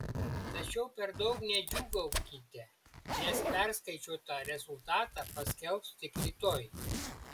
tačiau per daug nedžiūgaukite nes perskaičiuotą rezultatą paskelbs tik rytoj